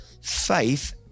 faith